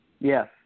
Yes